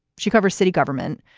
she covers city government.